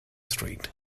street